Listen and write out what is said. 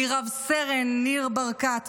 מרב סרן ניר ברקת,